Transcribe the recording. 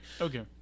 okay